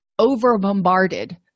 over-bombarded